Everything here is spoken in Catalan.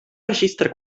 registre